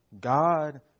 God